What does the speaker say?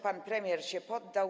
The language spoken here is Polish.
Pan premier się poddał.